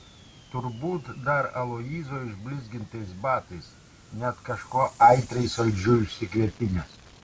turbūt dar aloyzo išblizgintais batais net kažkuo aitriai saldžiu išsikvepinęs